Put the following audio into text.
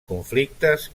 conflictes